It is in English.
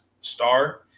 star